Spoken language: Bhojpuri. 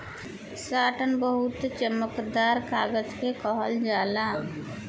साटन बहुत चमकदार कागज के कहल जाला